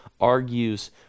argues